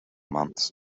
months